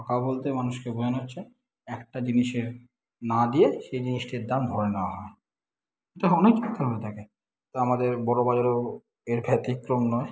ঠকা বলতে মানুষকে বোঝানো হচ্ছে একটা জিনিসের না দিয়ে সেই জিনিসটির দাম ধরে নেওয়া এটা অনেক জাগায়তে হয়ে থাকে তা আমাদের বড়বাজারও এর ব্যতিক্রম নয়